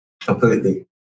Completely